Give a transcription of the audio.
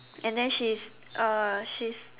and then she is uh she is